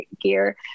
gear